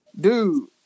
dude